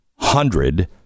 hundred